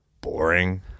boring